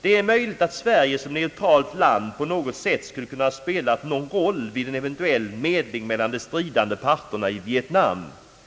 Det är möjligt att Sverige som neutralt land på något sätt skulle kunnat spela någon roll vid en eventuell medling mellan de stridande parterna i Vietnam.